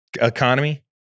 economy